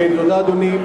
תודה, אדוני.